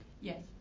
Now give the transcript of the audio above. Yes